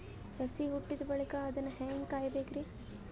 ಸಸಿ ಹುಟ್ಟಿದ ಬಳಿಕ ಅದನ್ನು ಹೇಂಗ ಕಾಯಬೇಕಿರಿ?